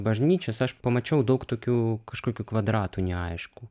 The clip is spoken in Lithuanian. bažnyčios aš pamačiau daug tokių kažkokių kvadratų neaišku